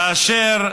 כאשר